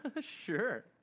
Sure